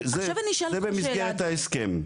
זה במסגרת ההסכם.